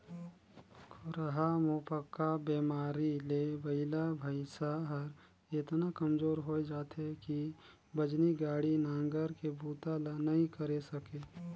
खुरहा मुहंपका बेमारी ले बइला भइसा हर एतना कमजोर होय जाथे कि बजनी गाड़ी, नांगर के बूता ल नइ करे सके